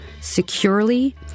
securely